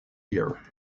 year